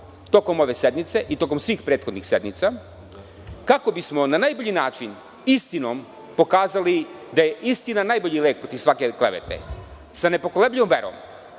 tokom ove sednice i tokom svih prethodnih sednica kako bismo na najbolji način istinom pokazali da je istina najbolji lek protiv svake klevete. Sa nekolebljivom verom